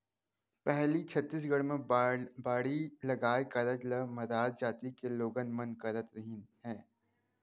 पहिली छत्तीसगढ़ म बाड़ी लगाए कारज ल मरार जाति के लोगन मन करत रिहिन हे